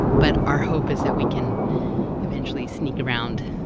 but our hope is that we can eventually sneak around